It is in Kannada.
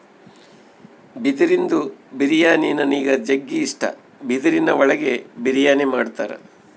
ಬಿದಿರಿಂದು ಬಿರಿಯಾನಿ ನನಿಗ್ ಜಗ್ಗಿ ಇಷ್ಟ, ಬಿದಿರಿನ್ ಒಳಗೆ ಬಿರಿಯಾನಿ ಮಾಡ್ತರ